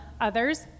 others